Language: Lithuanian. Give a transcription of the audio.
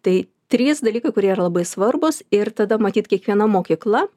tai trys dalykai kurie yra labai svarbūs ir tada matyt kiekviena mokykla